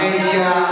המדיה,